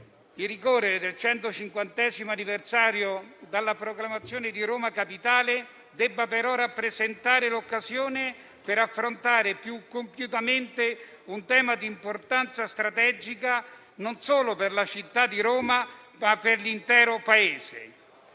il ricorrere del 150° anniversario dalla proclamazione di Roma Capitale debba però rappresentare l'occasione per affrontare più compiutamente un tema di importanza strategica, non solo per la città di Roma, ma per l'intero Paese,